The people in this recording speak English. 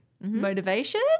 motivation